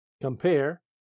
Compare